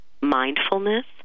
mindfulness